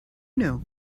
know